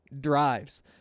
drives